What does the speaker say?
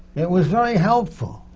it was very helpful.